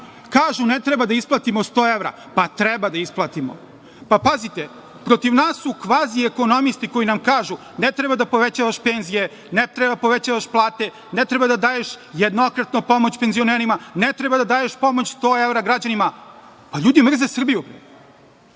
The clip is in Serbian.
Kažu ne treba da isplatimo 100 evra. Pa, treba da isplatimo. Pa, pazite, protiv nas su kvaziekonomisti koji nam kažu – ne treba da povećavaš penzije, ne treba da povećavaš plate, ne treba da daješ jednokratnu pomoć penzionerima, ne treba da daješ pomoć 100 evra građanima. Pa, ljudi mrze Srbiju. Kad